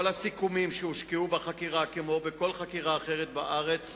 3. מה הם הסכומים שהשקיעה המדינה לצורך חקירות ראש הממשלה